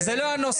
זה לא הנושא.